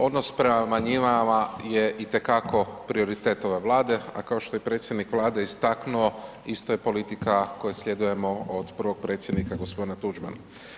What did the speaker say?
Odnos prema manjinama je itekako prioritet ove Vlade a kao što je predsjednik Vlade istaknuo, isto je politika koju sljedujemo od prvog Predsjednika g. Tuđmana.